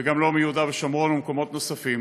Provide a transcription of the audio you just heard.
וגם לא מיהודה ושומרון וממקומות נוספים,